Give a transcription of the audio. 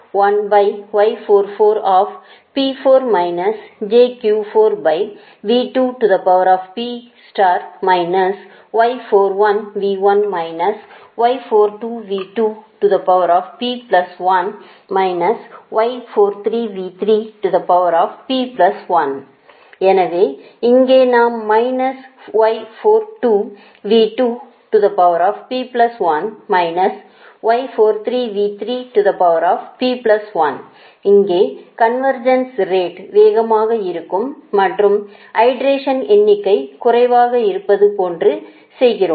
எனவே எனவே இங்கே நாம் இங்கே கன்வேர்ஜன்ஸ் ரேட் வேகமாக இருக்கும் மற்றும் ஐட்ரேஷன் எண்ணிக்கை குறைவாக இருப்பது போன்று செய்கிறோம்